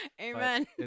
Amen